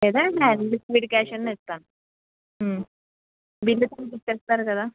లేదా liquid cash అన్నా ఇస్తాను బిల్లు తనకి ఇచ్చేస్తారు కదా